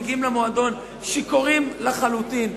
ואז מגיעים למועדון שיכורים לחלוטין.